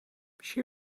she